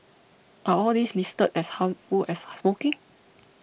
are all these listed as harmful as smoking